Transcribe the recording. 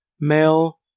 male